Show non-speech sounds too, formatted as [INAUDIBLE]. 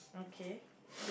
okay [NOISE]